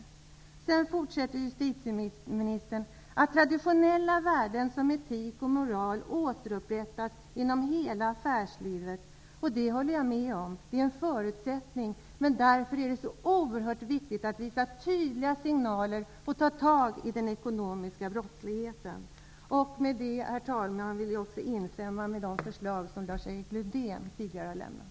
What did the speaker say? Till de främsta bidragen i kampen räknar justitieministern vidare ''att traditionella värden som etik och moral återupprättas inom hela affärslivet'', och det håller jag med om. Det är en förutsättning, men därför är det så oerhört viktigt att visa tydliga signaler och ta tag i den ekonomiska brottsligheten. Med det, herr talman, vill jag också instämma i de förslag som Lars-Erik Lövdén tidigare har lämnat.